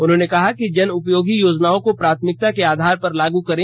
उन्होंने कहा कि जन उपयोगी योजनाओं को प्राथमिकता के आधार पर लागू करें